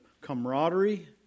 camaraderie